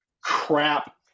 crap